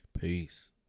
Peace